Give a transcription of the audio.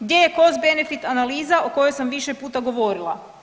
Gdje je cost benefit analiza o kojoj sam više puta govorila.